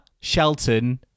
Shelton